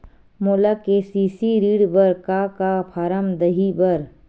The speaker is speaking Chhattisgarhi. मोला के.सी.सी ऋण बर का का फारम दही बर?